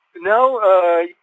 No